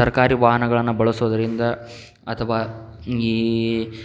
ಸರ್ಕಾರಿ ವಾಹನಗಳನ್ನು ಬಳಸೋದರಿಂದ ಅಥವಾ ಈ